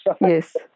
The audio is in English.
Yes